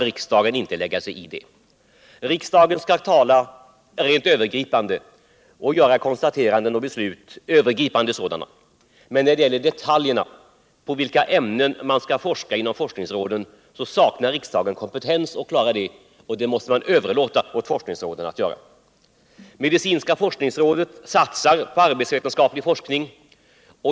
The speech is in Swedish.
Riksdagen skall fatta övergripande beslut. Vad det gäller detaljerna, beträffande vilka ämnen man skall forska inom forskningsråden, saknar riksdagen kompetens att klara beslutsfattandet och måste överlåta det på forskningsråden. Medicinska forskningsrådet satsar på arbetsvetenskaplig forskning.